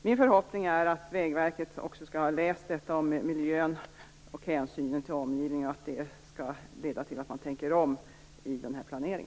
Min förhoppning är att Vägverket också skall ha läst detta om miljön och hänsynen till omgivningen och att detta skall leda till att man tänker om i denna planering.